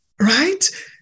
right